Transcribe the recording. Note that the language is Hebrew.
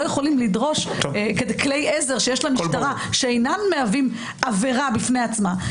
יכולים לדרוש כלי עזר שיש למשטרה שאינם מהווים עבירה בפני עצמה.